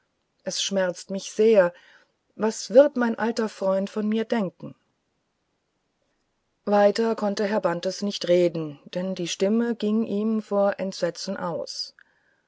es schmerzt mich sehr was wird mein alter freund von mir denken weiter konnte herr bantes nicht reden denn die stimme ging ihm vor entsetzen aus